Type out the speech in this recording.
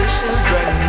children